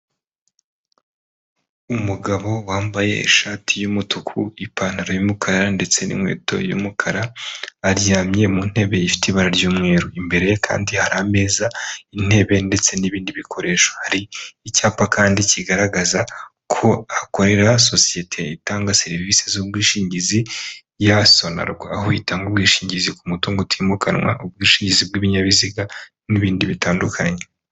Umugabo wambaye ishati y'umutuku, ipantaro y'umukara ndetse n'inkweto y'umukara, aryamye mu ntebe ifite ibara ry'umweru, imbere kandi hari ameza, intebe ndetse n'ibindi bikoresho. Hari icyapa kandi kigaragaza ko hakorera sosiyete itanga serivisi z'ubwishingizi ya Sonarwa, aho itanga ubwishingizi ku mutungo utimukanwa, ubwishingizi bw'ibinyabiziga n'ibindi bitandukanye.